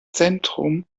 zentrum